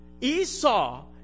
Esau